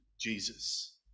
Jesus